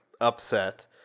upset